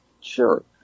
Sure